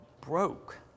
broke